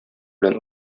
белән